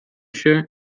się